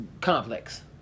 complex